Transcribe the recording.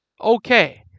okay